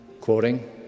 quoting